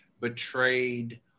betrayed